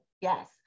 Yes